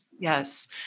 Yes